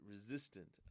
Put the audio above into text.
resistant